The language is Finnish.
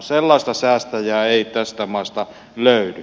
sellaista säästäjää ei tästä maasta löydy